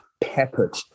peppered